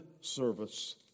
service